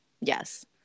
Yes